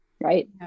right